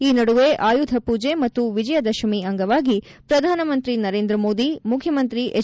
ಈ ನಡುವೆ ಆಯುಧ ಪೂಜೆ ಮತ್ತು ವಿಜಯದಶಮಿ ಅಂಗವಾಗಿ ಪ್ರಧಾನಮಂತ್ರಿ ನರೇಂದ್ರ ಮೋದಿ ಮುಖ್ರಮಂತ್ರಿ ಎಚ್